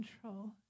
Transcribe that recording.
control